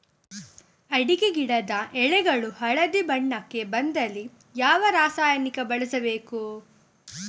ಅಡಿಕೆ ಗಿಡದ ಎಳೆಗಳು ಹಳದಿ ಬಣ್ಣಕ್ಕೆ ಬಂದಲ್ಲಿ ಯಾವ ರಾಸಾಯನಿಕ ಬಳಸಬೇಕು?